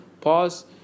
Pause